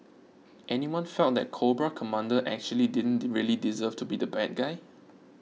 anyone felt that Cobra Commander actually didn't really deserve to be the bad guy